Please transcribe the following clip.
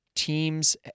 Teams